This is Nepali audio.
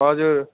हजुर